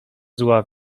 zła